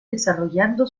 desarrollando